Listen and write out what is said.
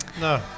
no